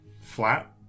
flat